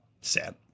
Sad